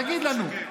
תגיד לנו.